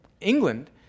England